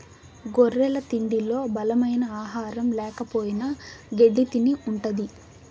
గొర్రెల తిండిలో బలమైన ఆహారం ల్యాకపోయిన గెడ్డి తిని ఉంటది